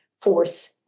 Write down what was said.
force